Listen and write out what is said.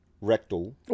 rectal